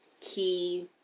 key